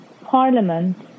Parliament